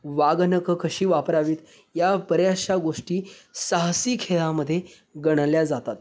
वाघनखं कशी वापरावी या बऱ्याचशा गोष्टी साहसी खेळामध्ये गणल्या जातात